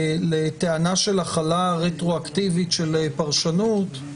לטענה של החלה רטרואקטיבית של פרשנות?